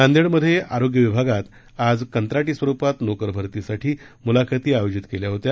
नांदेडमध्ये आरोग्य विभागात आज कंत्राटी स्वरुपात नोकर भरतीसाठी मुलाखती आयोजित करण्यात आल्या होत्या